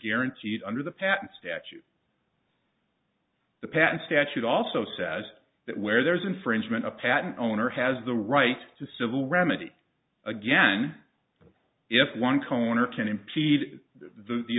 guaranteed under the patent statute the patent statute also says that where there is infringement a patent owner has the right to civil remedy again if one corner can impede the